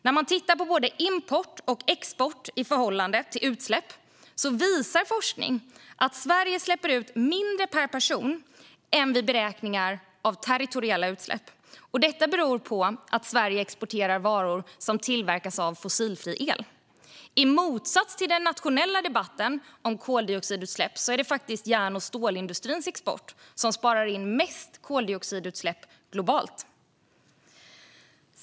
När det gäller både import och export i förhållande till utsläpp visar forskning att Sverige släpper ut mindre per person än vid beräkningar av territoriella utsläpp. Detta beror på att Sverige exporterar varor som tillverkas av fossilfri el. I motsats till vad som sägs i den nationella debatten om koldioxidutsläpp är det faktiskt järn och stålindustrins export som sparar in mest koldioxidutsläpp globalt.